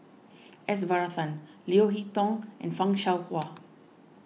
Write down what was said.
S Varathan Leo Hee Tong and Fan Shao Hua